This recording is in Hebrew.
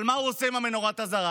אבל מה הוא עושה עם נורת האזהרה?